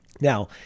Now